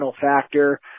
factor